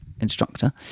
instructor